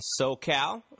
SoCal